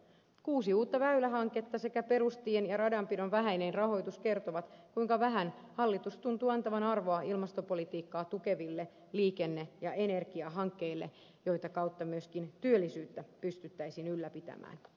kuusi uutta väylähanketta sekä perustien ja radanpidon vähäinen rahoitus kertovat kuinka vähän hallitus tuntuu antavan arvoa ilmastopolitiikkaa tukeville liikenne ja energiahankkeille joita kautta myöskin työllisyyttä pystyttäisiin ylläpitämään